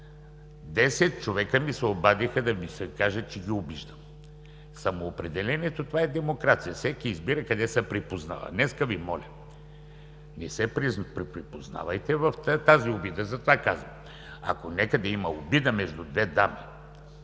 Десет човека ми се обадиха да ми кажат, че ги обиждам. Самоопределението е демокрация, всеки избира къде да се припознае. Днес Ви моля: не се припознавайте в тази обида! Затова казвам: ако някъде има обида между две дами,